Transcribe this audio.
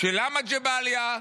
של למה ג'באליה,